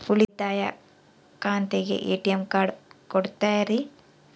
ಉಳಿತಾಯ ಖಾತೆಗೆ ATM card ಕೊಡ್ತೇರಿ?